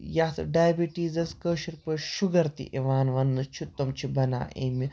یَتھ ڈایبِٹیٖزَس کٲشِر پٲٹھۍ شُگَر تہِ یِوان وَننہٕ چھِ تِم چھِ بَنان امہِ